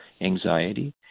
anxiety